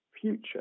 future